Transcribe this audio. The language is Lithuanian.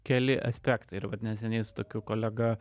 keli aspektai ir vat neseniai su tokiu kolega